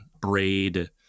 Braid